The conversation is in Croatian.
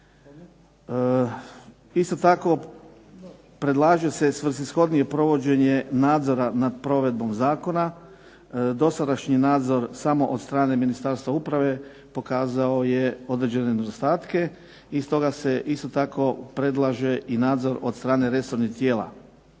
Isto tako predlaže se svrsishodnije provođenje nadzora nad provedbom Zakona, dosadašnji nadzor samo od strane Ministarstva uprave pokazao je određene nedostatke i stoga se isto tako predlaže i nadzor od strane resornih tijela.